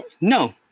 no